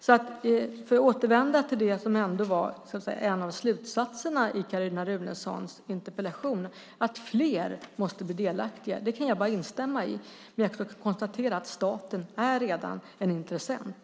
För att återvända till det som ändå var en av slutsatserna i Carin Runesons interpellation, att fler måste bli delaktiga, kan jag bara instämma. Men jag kan också konstatera att staten redan är en intressent.